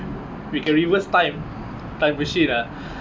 we can reverse time time machine ah